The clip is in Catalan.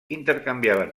intercanviaven